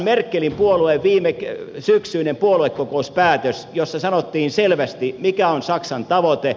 merkelin puolueen viimesyksyisessä puoluekokouspäätöksessä sanottiin selvästi mikä on saksan tavoite